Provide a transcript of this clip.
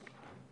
בבקשה.